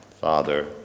Father